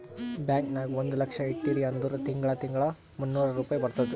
bank ನಾಗ್ ಒಂದ್ ಲಕ್ಷ ಇಟ್ಟಿರಿ ಅಂದುರ್ ತಿಂಗಳಾ ತಿಂಗಳಾ ಮೂನ್ನೂರ್ ರುಪಾಯಿ ಬರ್ತುದ್